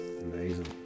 amazing